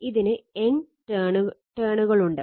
ഇതിന് N turn ഉണ്ട്